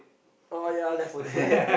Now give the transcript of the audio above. oh ya left for dead